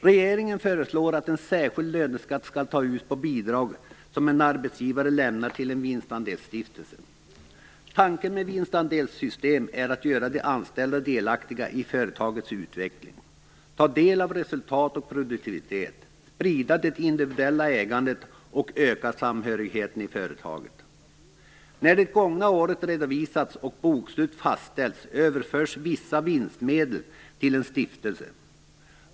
Regeringen föreslår att en särskild löneskatt skall tas ut på bidrag som en arbetsgivare lämnar till en vinstandelsstiftelse. Tanken med vinstandelssystem är att göra de anställda delaktiga i företagets utveckling, ta del av resultat och produktivitet, sprida det individuella ägandet och öka samhörigheten i företaget. När det gångna året redovisats och bokslut fastställts överförs vissa vinstmedel till en stiftelse.